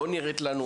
לא נראית לנו,